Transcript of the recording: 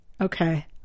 Okay